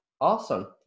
awesome